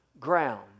ground